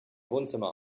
wohnzimmer